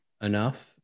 enough